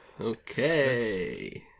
Okay